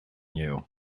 you